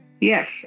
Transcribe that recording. yes